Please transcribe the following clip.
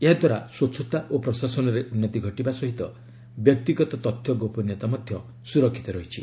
ଏହାଦ୍ୱାରା ସ୍ୱଚ୍ଛତା ଓ ପ୍ରଶାସନରେ ଉନ୍ନତି ଘଟିବା ସହ ବ୍ୟକ୍ତିଗତ ତଥ୍ୟ ଗୋପନୀୟତା ମଧ୍ୟ ସୁରକ୍ଷିତ ରହିଛି